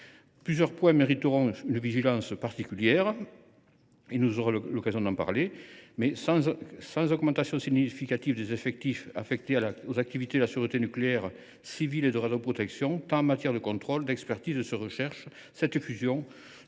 Plusieurs points mériteront une vigilance particulière, et nous aurons l’occasion de les évoquer. Sans augmentation significative des effectifs affectés aux activités de sûreté nucléaire civile et de radioprotection, tant en matière de contrôle et d’expertise que de recherche, cette fusion